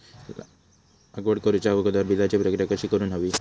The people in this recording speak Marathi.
लागवड करूच्या अगोदर बिजाची प्रकिया कशी करून हवी?